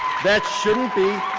that shouldn't be